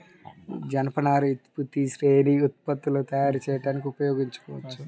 జనపనారను విస్తృత శ్రేణి ఉత్పత్తులను తయారు చేయడానికి ఉపయోగించవచ్చు